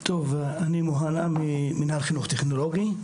(הצגת מצגת) אני מוהנא ממינהל חינוך טכנולוגי.